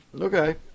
Okay